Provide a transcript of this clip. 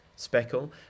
Speckle